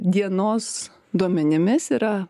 dienos duomenimis yra